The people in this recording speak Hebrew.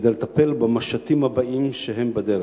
כדי לטפל במשטים הבאים, והם בדרך.